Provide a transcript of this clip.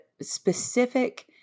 specific